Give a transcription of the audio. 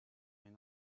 une